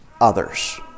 others